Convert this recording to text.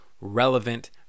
relevant